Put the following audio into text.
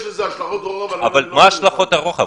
לזה השלכות רוחב אני לא --- אבל מה השלכות הרוחב?